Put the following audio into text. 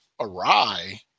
awry